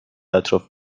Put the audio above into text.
اطراف